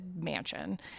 mansion